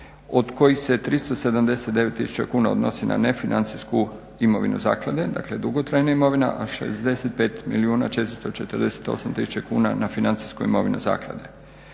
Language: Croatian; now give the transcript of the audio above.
od kojih se 379 tisuća kuna odnosi na nefinancijsku imovinu zaklade, dakle dugotrajna imovina, a 65 milijuna 448 tisuća kuna na financijsku imovinu zaklade.